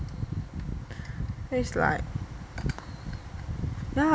then it's like